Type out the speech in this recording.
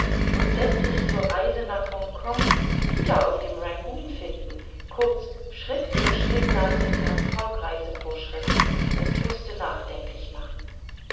und läßt sich zur reise nach hongkong wieder auf dem rangoon finden kurz schritt für schritt nach des herrn fogg reisevorschrift das mußte nachdenklich machen